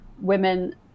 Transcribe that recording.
women